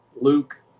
Luke